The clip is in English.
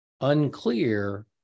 unclear